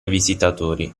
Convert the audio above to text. visitatori